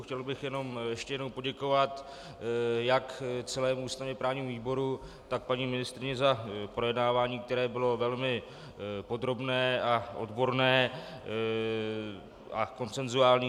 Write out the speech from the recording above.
Chtěl bych jenom ještě jednou poděkovat jak celému ústavněprávnímu výboru, tak paní ministryni za projednávání, které bylo velmi podrobné, odborné a konsensuální.